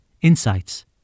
Insights